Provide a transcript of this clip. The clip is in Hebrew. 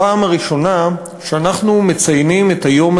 הפעם הראשונה שאנחנו מציינים את היום